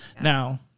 Now